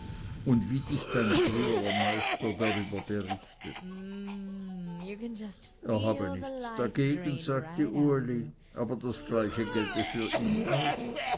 und wie dich dein früherer meister darüber berichtet er habe nichts dagegen sagte uli aber das gleiche gelte für ihn auch